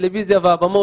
הטלוויזיה והבמות,